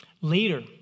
Later